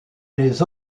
les